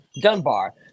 Dunbar